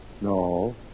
No